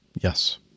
yes